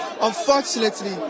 Unfortunately